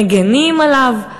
מגינים עליו.